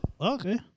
Okay